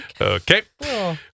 Okay